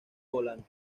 volante